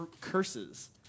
curses